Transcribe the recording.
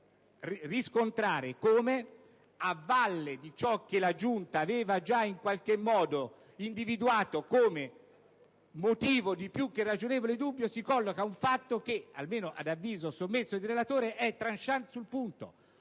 di riscontrare come a valle di ciò che la Giunta aveva già in qualche modo individuato come motivo di più che ragionevole dubbio, si colloca un fatto che, almeno ad avviso sommesso del relatore, è *tranchant* sul punto,